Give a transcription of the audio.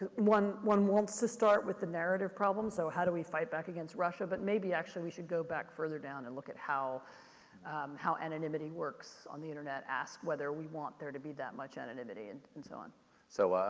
one one wants to start with the narrative problem. so how do we fight back against russia? but maybe actually we should go back further down and look at how how anonymity works on the internet. ask whether we want there to be that much anonymity and and so on. john haskell so